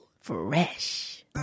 Fresh